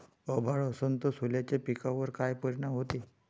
अभाळ असन तं सोल्याच्या पिकावर काय परिनाम व्हते?